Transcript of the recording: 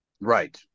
Right